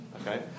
okay